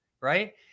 right